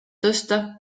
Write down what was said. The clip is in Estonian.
tõsta